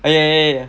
oh yeah yeah yeah